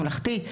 ממלכתי,